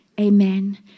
Amen